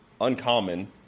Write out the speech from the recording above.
uncommon